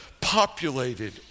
populated